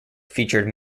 featured